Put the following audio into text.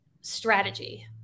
strategy